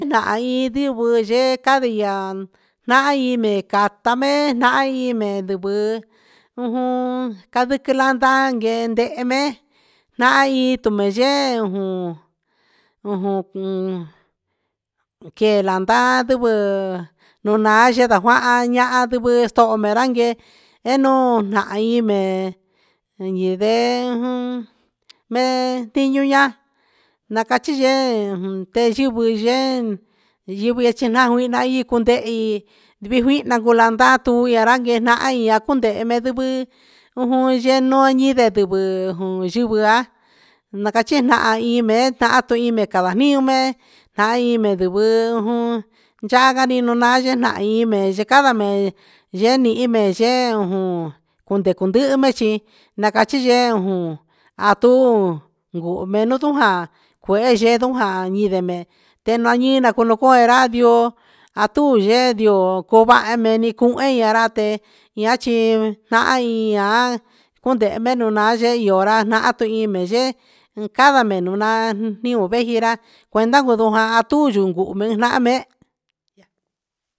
Nahan i ndiguɨ yee candeya nahan yi me cata me nahan mee ndiguɨ ujun candiqui landa guee ndehe me nahan yii tu maa yee jun ujun quelanda ndiguɨ un naan ynda ta cuahan ahan ndugue soho me ran guee e un nahan un ma mee ndi ujun mee tiu ya na cachi yee te nivɨ yeen ivɨ jihna ii cun ndehi vijihna cui landatu je ran guee nahan cundehe maan siguɨ yu ivɨ ra na cachi nahan ii mee nahan mee cava nime tahan ini ndivɨ yaha cati nunaan yenahin me cava me yee nihin mee xee ru ujun jondecu ndihi me chi na cachi yee atuu juhumenu tujaa cuehe yee ndu jaha yidemee tenuan ɨɨ na colocoo ra ndioo atu yee ndioo coo vaha nee cuhe ra yee chi taha i an jundehe menunaa yee io ra nahan turyɨɨ ne mee cada menunaa niu viu ji ra cuenda guedura a tu yu cuhu nahan mee.